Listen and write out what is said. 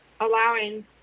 allowing